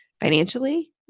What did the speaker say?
financially